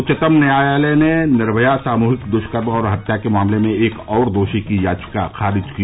उच्चतम न्यायालय ने निर्मया सामूहिक दुष्कर्म और हत्या मामले में एक और दोषी की याचिका खारिज की